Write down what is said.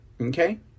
Okay